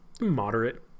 moderate